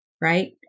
right